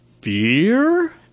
Beer